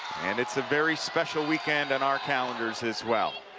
and it's a very special weekend on our calendars as well